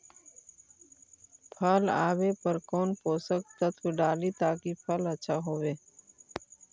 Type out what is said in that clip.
फल आबे पर कौन पोषक तत्ब डाली ताकि फल आछा होबे?